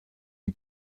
den